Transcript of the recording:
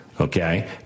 Okay